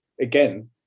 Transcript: again